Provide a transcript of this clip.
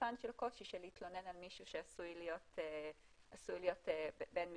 פן של קושי של להתלונן על מישהו שעשוי להיות בן משפחה.